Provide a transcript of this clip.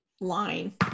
line